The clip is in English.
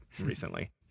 recently